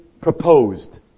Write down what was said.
proposed